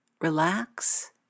Relax